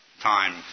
time